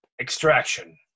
extraction